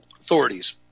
authorities